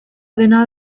dena